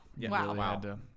wow